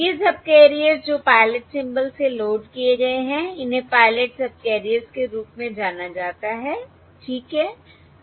ये सबकैरियर्स जो pilot symbols से लोड किए गए हैं इन्हें पायलट सबकैरियर्स के रूप में जाना जाता है ठीक है